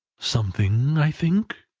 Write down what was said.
something, i think?